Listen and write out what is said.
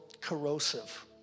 corrosive